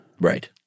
Right